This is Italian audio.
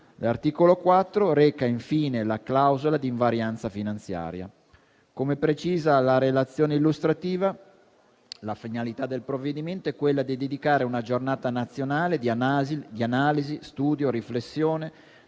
L'articolo 4 reca, infine, la clausola di invarianza finanziaria. Come precisa la relazione illustrativa, la finalità del provvedimento è quella di dedicare una giornata nazionale di analisi, studio, riflessione,